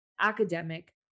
academic